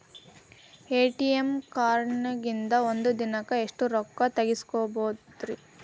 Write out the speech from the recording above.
ATM ಕಾರ್ಡ್ನ್ಯಾಗಿನ್ದ್ ಒಂದ್ ದಿನಕ್ಕ್ ಎಷ್ಟ ರೊಕ್ಕಾ ತೆಗಸ್ಬೋದ್ರಿ?